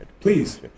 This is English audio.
Please